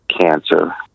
cancer